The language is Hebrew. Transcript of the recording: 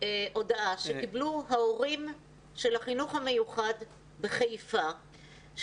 הודעה שההורים של החינוך המיוחד בחיפה קיבלו הודעה